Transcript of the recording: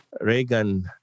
Reagan